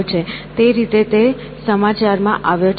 તે રીતે તે સમાચારમાં આવ્યો છે